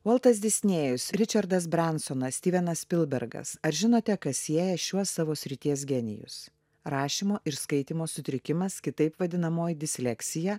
voltas disnėjus ričardas brensonas stivenas spilbergas ar žinote kas sieja šiuos savo srities genijus rašymo ir skaitymo sutrikimas kitaip vadinamoji disleksija